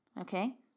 okay